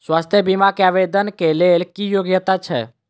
स्वास्थ्य बीमा केँ आवेदन कऽ लेल की योग्यता छै?